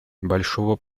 большого